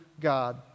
God